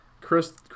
Chris